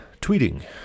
tweeting